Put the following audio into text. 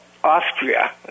Austria